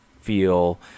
feel